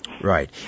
Right